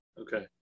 Okay